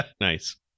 Nice